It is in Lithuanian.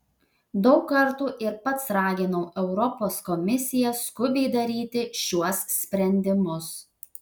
daug kartų ir pats raginau europos komisiją skubiai daryti šiuos sprendimus